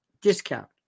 discount